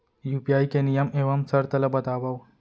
UPI के नियम एवं शर्त ला बतावव